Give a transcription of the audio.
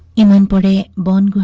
unlim body